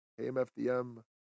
AMFDM